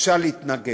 אפשר להתנגד.